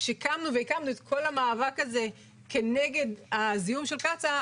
שהקמנו את כל המאבק הזה נגד הזיהום של קצא"א,